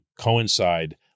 coincide